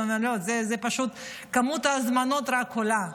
הוא אומר: כמות ההזמנות רק עולה.